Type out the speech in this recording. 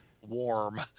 warm